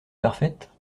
parfaite